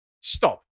Stop